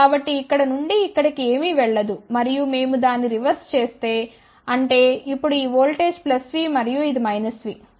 కాబట్టి ఇక్కడ నుండి ఇక్కడికి ఏమీ వెళ్ళదు మరియు మేము దాని రివర్స్ చేస్తే అంటే ఇప్పుడు ఈ ఓల్టేజ్ V మరియు ఇది V